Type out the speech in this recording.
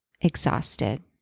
exhausted